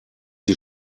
die